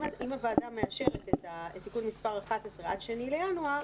אם הוועדה מאשרת את תיקון מספר 11 עד 2 בינואר,